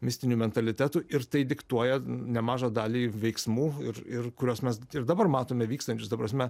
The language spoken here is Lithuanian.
mistiniu mentalitetu ir tai diktuoja nemažą dalį veiksmų ir ir kuriuos mes ir dabar matome vykstančius ta prasme